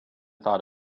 thought